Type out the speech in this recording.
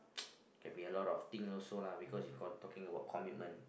can be a lot of thing also lah because you talking about commitment